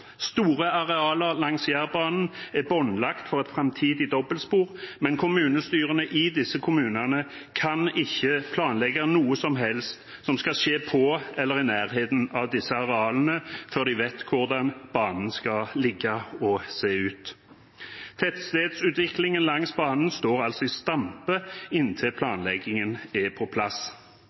Store arealer langs Jærbanen er båndlagt for et framtidig dobbeltspor, men kommunestyrene i disse kommunene kan ikke planlegge noe som helst som skal skje på eller i nærheten av disse arealene, før de vet hvordan banen skal ligge og se ut. Tettstedsutviklingen langs banen står altså i stampe inntil planleggingen er på plass.